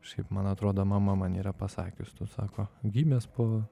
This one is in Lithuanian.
šiaip man atrodo mama man yra pasakius tu sako gimęs po